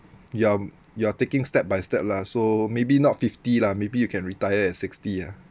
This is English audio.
you're you're taking step by step lah so maybe not fifty lah maybe you can retire at sixty ah